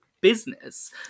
business